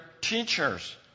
teachers